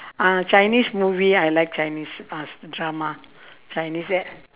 uh chinese movie I like chinese uh drama chinese and